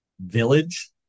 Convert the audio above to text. village